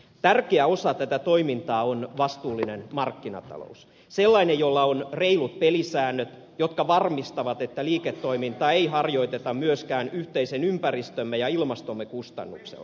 tärkeä osa tätä toimintaa on vastuullinen markkinatalous sellainen jolla on reilut pelisäännöt jotka varmistavat että liiketoimintaa ei harjoiteta myöskään yhteisen ympäristömme ja ilmastomme kustannuksella